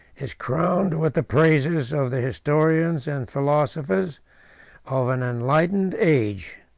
is crowned with the praises of the historians and philosophers of an enlightened age.